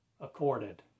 accorded